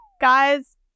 guys